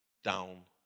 Down